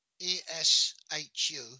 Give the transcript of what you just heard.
E-S-H-U